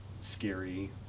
scary